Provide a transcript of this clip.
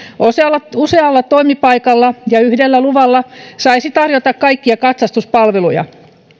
usealla usealla toimipaikalla ja yhdellä luvalla saisi tarjota kaikkia katsastuspalveluja